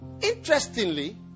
interestingly